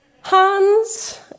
Hans